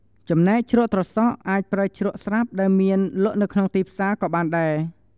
ចំណែកជ្រក់ត្រសក់ អាចប្រើជ្រក់ស្រាប់ដែលមានលក់នៅក្នុងទីផ្សារក៏បានដែរ។